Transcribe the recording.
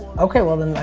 okay, well i